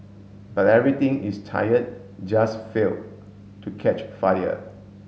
but everything is tired just failed to catch fire